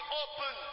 open